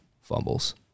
fumbles